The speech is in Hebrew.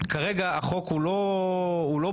שכרגע החוק הוא לא ברור.